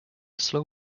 slow